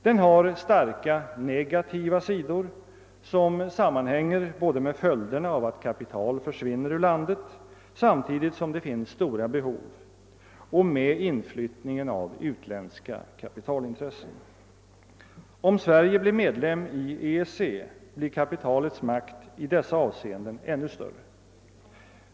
Den har starka negativa sidor som sammanhänger både med följderna av att kapital försvinner ur landet samtidigt som stora behov finns och med inflyttningen av utländska kapitalintressen. Om Sverige blir medlem i EEC blir kapitalets makt i dessa avseenden ännu större.